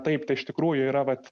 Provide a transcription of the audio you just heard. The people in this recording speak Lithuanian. taip tai iš tikrųjų yra vat